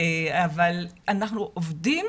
אבל אנחנו עובדים